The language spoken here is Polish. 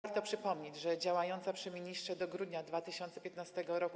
Warto przypomnieć, że działająca przy ministrze do grudnia 2015 r.